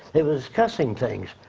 they were discussing things,